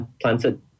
planted